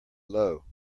low